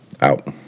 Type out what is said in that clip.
out